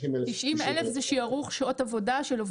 90,000 זה שערוך שעות עבודה של עובדי רת"א.